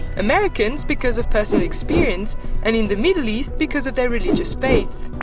americans because of personal experience and in the middle east because of their religious faith.